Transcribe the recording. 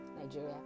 Nigeria